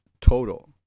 total